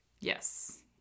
yes